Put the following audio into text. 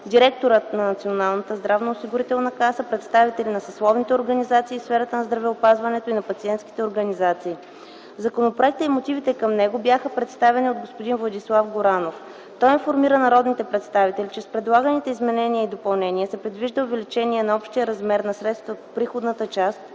директорът на Националната здравноосигурителна каса, представители на съсловните организации в сферата на здравеопазването и на пациентските организации. Законопроектът и мотивите към него бяха представени от господин Владислав Горанов. Той информира народните представители, че с предлаганите изменения и допълнения се предвижда увеличение на общия размер на средствата по приходната част